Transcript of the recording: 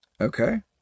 Okay